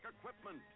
equipment